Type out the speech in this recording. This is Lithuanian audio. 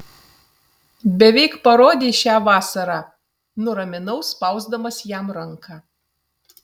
beveik parodei šią vasarą nuraminau spausdamas jam ranką